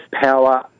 power